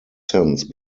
since